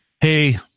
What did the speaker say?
hey